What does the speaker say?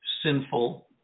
sinful